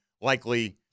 likely